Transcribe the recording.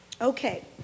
Okay